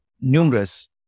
numerous